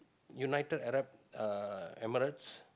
United-Arab-Emirates